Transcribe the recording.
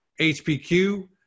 HPQ